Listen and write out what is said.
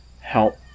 help